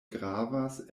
gravas